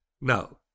No